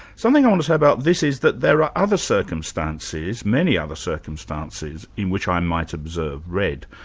something i want to say about this is that there are other circumstances, many other circumstances, in which i might observe red.